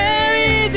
Mary